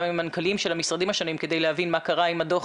עם המנכ"לים של המשרדים השונים כדי להבין מה קרה עם הדוח,